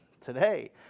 today